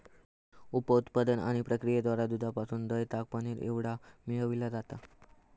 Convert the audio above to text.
उप उत्पादन आणि प्रक्रियेद्वारा दुधापासून दह्य, ताक, पनीर एवढा मिळविला जाता